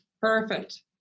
perfect